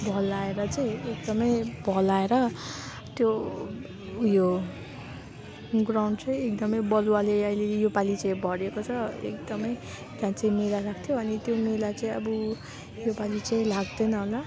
भल आएर चाहिँ एकदमै भल आएर त्यो उयो ग्राउन्ड चाहिँ एकदमै बालुवाले अहिले यो पालि चाहिँ भरिएको छ एकदमै त्यहाँ चाहिँ मेला लाग्थ्यो अनि त्यो मेला चाहिँ अब यो पालि चाहिँ लाग्दैन होला